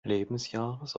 lebensjahres